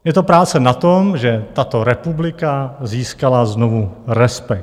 Je to práce na tom, že tato republika získala znovu respekt.